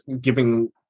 giving